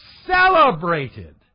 celebrated